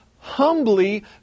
humbly